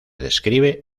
describe